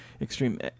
extreme